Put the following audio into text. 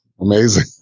Amazing